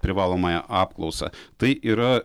privalomąją apklausą tai yra